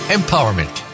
Empowerment